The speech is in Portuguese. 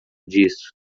disso